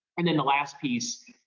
and then the last piece,